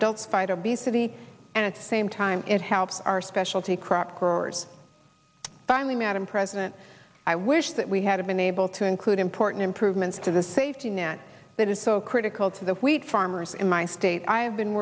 adults fight obesity and the same time it helps our specialty crop growers finally madam president i wish that we had been able to include important improvements to the safety net that is so critical to the wheat farmers in my state i have been